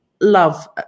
love